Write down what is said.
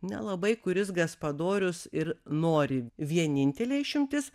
nelabai kuris gaspadorius ir nori vienintelė išimtis